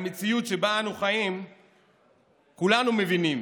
במציאות שבה אנו חיים כולנו מבינים